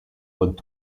und